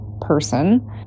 person